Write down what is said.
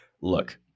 look